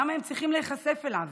למה הם צריכים להיחשף אליו?